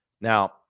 Now